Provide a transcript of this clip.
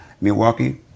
Milwaukee